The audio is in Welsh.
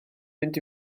mynd